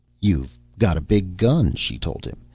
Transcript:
you've got a big gun, she told him,